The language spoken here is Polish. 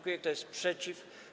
Kto jest przeciw?